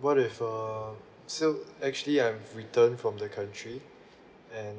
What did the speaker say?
what if uh so actually I've returned from the country and